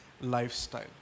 lifestyle